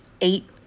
eight